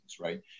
right